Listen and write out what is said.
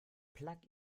plug